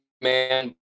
man